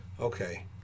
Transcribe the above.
Okay